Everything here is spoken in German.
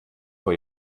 vor